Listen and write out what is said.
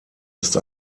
ist